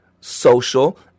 social